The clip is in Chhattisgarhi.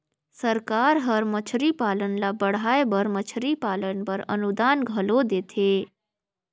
सरकार हर मछरी पालन ल बढ़ाए बर मछरी पालन बर अनुदान घलो देथे